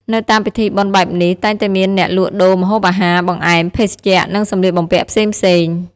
នៅតាមពិធីបុណ្យបែបនេះ តែងតែមានអ្នកលក់ដូរម្ហូបអាហារ បង្អែម ភេសជ្ជៈ និងសម្លៀកបំពាក់ផ្សេងៗ។